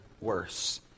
worse